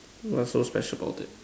what's so special about it